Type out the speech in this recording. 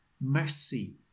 mercy